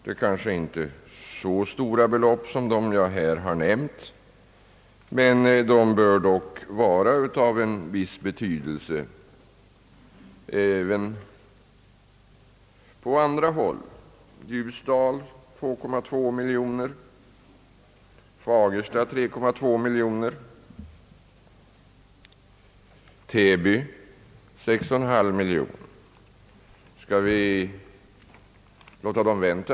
Det kanske inte rör sig om så stora belopp som dem jag här nu nämnt, men de bör dock vara av en viss betydelse: Ljusdal 2,2 miljoner, Fagersta 3,2 miljoner, Täby 6,5 miljoner. Skall vi låta dessa orter vänta?